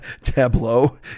tableau